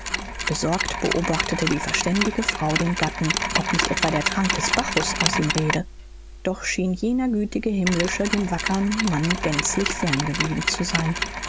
besorgt beobachtete die verständige frau den gatten ob nicht etwa der trank des bacchus aus ihm rede doch schien jener gütige himmlische dem wackern mann gänzlich fern geblieben zu sein